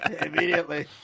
immediately